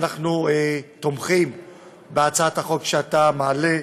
שאנחנו תומכים בהצעת החוק שאתה מעלה,